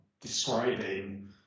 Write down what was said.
describing